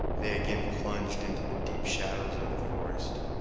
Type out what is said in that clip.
they again plunged into the deep shadows of the forest.